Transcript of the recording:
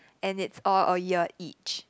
and it's all a year each